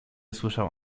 słyszał